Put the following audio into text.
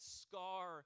scar